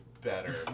better